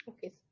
Okay